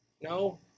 No